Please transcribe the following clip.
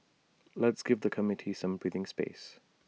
let's give the committee some breathing space